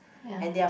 ya